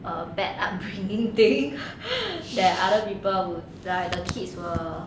a bad upbringing thing there are other people would ya the kids were